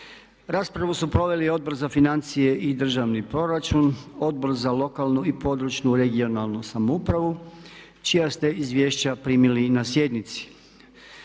Raspravu su proveli Odbor za financije i državni proračun, Odbor za lokalnu i područnu (regionalnu) samoupravu čija ste izvješća primili na sjednici.